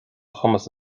chumas